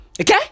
Okay